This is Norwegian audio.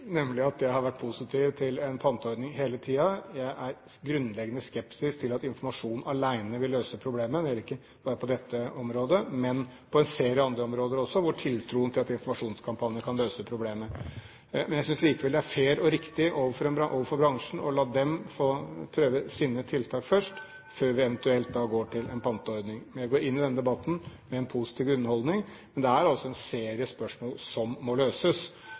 nemlig at jeg har vært positiv til en panteordning hele tiden. Jeg er grunnleggende skeptisk til at informasjon alene vil løse problemet. Det gjelder ikke bare på dette området, men på en serie andre områder også, hvor det er tiltro til at informasjonskampanjer kan løse problemet. Jeg synes likevel det er fair og riktig overfor bransjen å la dem få prøve ut sine tiltak først, før vi eventuelt går til en panteordning. Jeg går inn i denne debatten med en positiv grunnholdning, men det er en serie spørsmål som må løses,